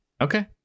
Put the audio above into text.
Okay